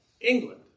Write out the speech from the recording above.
England